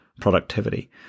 productivity